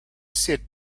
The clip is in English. sit